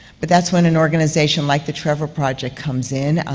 but that's when an organization like the trevor project comes in,